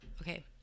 Okay